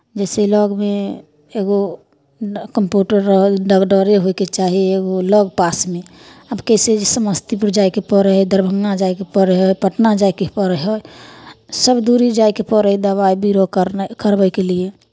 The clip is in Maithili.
जइसे लगमे एगो ड् कम्पोटर रहल डागदरे होइके चाही एगो लग पासमे आब जइसे समस्तीपुर जाइके पड़ै हइ दरभंगा जाइके पड़ै हइ पटना जाइके पड़ै हइ सभ दूरी जाइके पड़ै हइ दबाइ बीरो करनाइ करबैके लिए